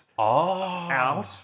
out